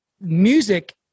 music